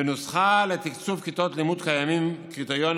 בנוסחה לתקצוב כיתות לימוד קיימים קריטריונים